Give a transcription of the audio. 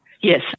Yes